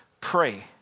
pray